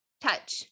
touch